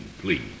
please